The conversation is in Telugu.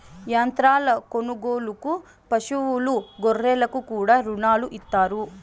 యంత్రాల కొనుగోలుకు పశువులు గొర్రెలకు కూడా రుణాలు ఇత్తారు